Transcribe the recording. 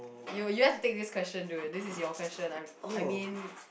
you just take this question do you this is your question I I mean